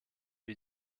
wie